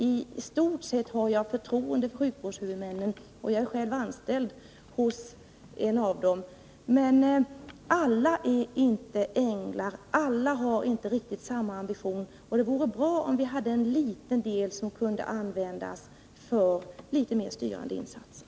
I stort sett har jag förtroende för sjukvårdshuvudmännen, och jag är själv anställd hos en av dem. Men alla är inte änglar, alla har inte riktigt samma ambition, och det vore bra om en liten del av statsbidraget kunde användas för litet mer styrande insatser.